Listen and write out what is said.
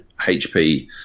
hp